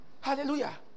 hallelujah